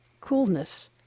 coolness